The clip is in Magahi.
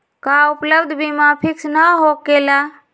का उपलब्ध बीमा फिक्स न होकेला?